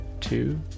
two